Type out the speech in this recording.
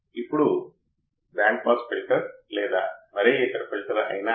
ఇప్పుడు ఈ ప్రత్యేకమైన మాడ్యూల్లో మనం చూసేది ఆప్ ఆంప్స్లో ఫీడ్ బ్యాక్ ఇంకా మరిన్ని ఉపయోగాలు కూడా